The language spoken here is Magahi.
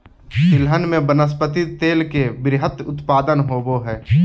तिलहन में वनस्पति तेल के वृहत उत्पादन होबो हइ